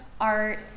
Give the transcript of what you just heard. art